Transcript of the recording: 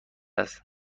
است